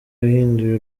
yahinduye